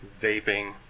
vaping